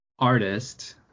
artist